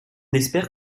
espère